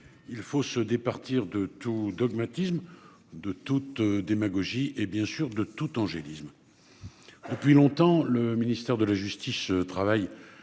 il faut se départir de tout dogmatisme de toute démagogie et bien sûr de tout angélisme. Ont depuis longtemps. Le ministère de la justice travaille